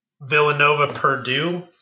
Villanova-Purdue